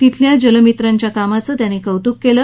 तिथल्या जलमित्रांच्या कामाचं त्यांनी कौतुक केलं